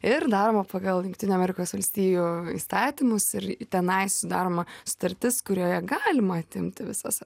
ir daroma pagal jungtinių amerikos valstijų įstatymus ir tenai sudaroma sutartis kurioje galima atimti visas